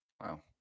Wow